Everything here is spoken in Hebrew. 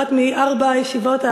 אחת מארבע הישיבות,